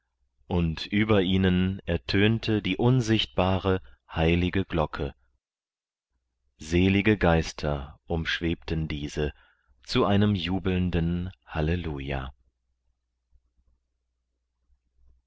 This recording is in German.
und über ihnen ertönte die unsichtbare heilige glocke selige geister umschwebten diese zu einem jubelnden hallelujah